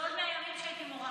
זה עוד מהימים שהייתי מורה.